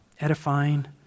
edifying